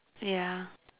yeah